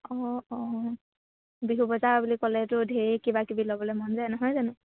অঁ অঁ বিহু বজাৰ বুলি ক'লেতো ঢেৰ কিবাকিবি ল'বলৈ মন যায় নহয় জানো